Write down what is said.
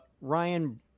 Ryan